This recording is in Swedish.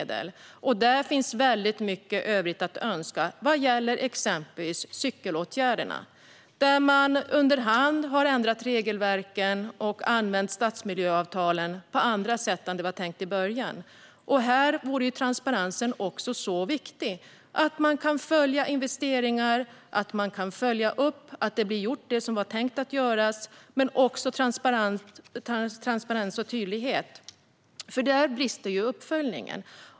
Det finns väldigt mycket övrigt att önska vad gäller exempelvis cykelåtgärderna. Man har efter hand ändrat regelverken och använt stadsmiljöavtalen på andra sätt än vad som var tänkt från början. Här vore det mycket viktigt med transparens, så att man kan följa investeringar och så att man kan följa upp att det som var tänkt att göras blir gjort. Uppföljningen brister när det gäller transparens och tydlighet.